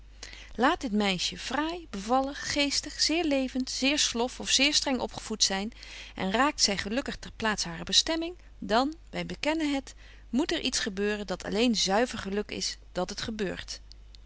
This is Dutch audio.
laat dit meisje fraai bevallig geestig zeer levent zeer slof of zeer streng opgevoet zyn en raakt zy gelukkig ter betje wolff en aagje deken historie van mejuffrouw sara burgerhart plaats harer bestemming dan wy bekennen het moet er iets gebeuren dat alleen zuiver geluk is dat het gebeurt